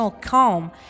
calm